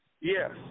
Yes